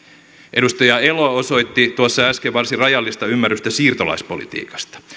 edustaja elo osoitti tuossa äsken varsin rajallista ymmärrystä siirtolaispolitiikasta